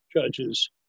judges